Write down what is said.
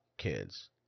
Kids